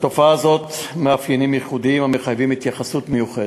לתופעה הזאת יש מאפיינים ייחודיים המחייבים התייחסות מיוחדת,